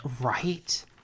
right